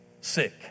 sick